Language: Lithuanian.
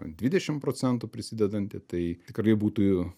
dvidešim procentų prisidedanti tai tikrai būtų